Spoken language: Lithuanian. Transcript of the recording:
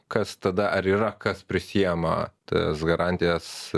kas tada ar yra kas prisiema tas garantijas